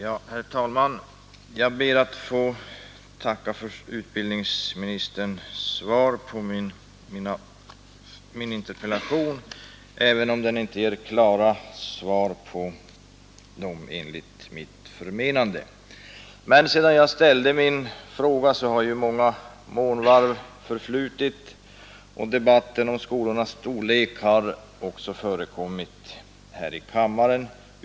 Herr talman! Jag ber att få tacka utbildningsministern för svaret på min interpellation, även om det enligt mitt förmenande inte gav några klara besked. Sedan jag ställde min fråga har ju många månvarv förflutit, och debatten om skolornas storlek har också förekommit här i kammaren.